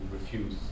refuse